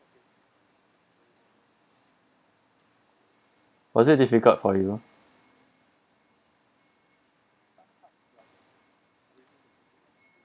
was it difficult for you